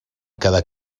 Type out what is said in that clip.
quedar